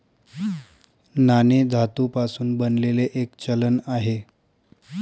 नाणे धातू पासून बनलेले एक चलन आहे